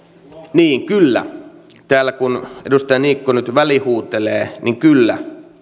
niin kyllä täällä kun edustaja niikko nyt välihuutelee niin kyllä